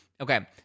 okay